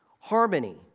Harmony